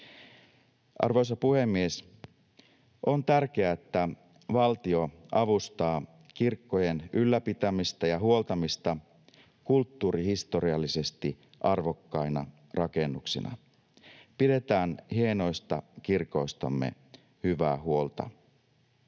Arvoisa puhemies! On tärkeää, että valtio avustaa kirkkojen ylläpitämistä ja huoltamista kulttuurihistoriallisesti arvokkaina rakennuksina. Pidetään hienoista kirkoistamme hyvää huolta.